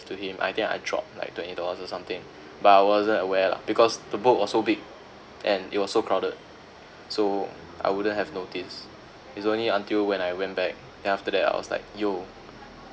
to him I think I dropped like twenty dollars or something but I wasn't aware lah because the boat was so big and it was so crowded so I wouldn't have noticed it's only until when I went back then after that I was like yo